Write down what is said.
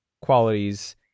qualities